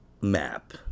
map